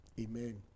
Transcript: Amen